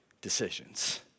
decisions